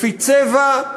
לפי צבע,